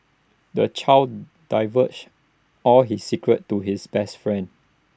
the child divulged all his secrets to his best friend